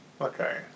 Okay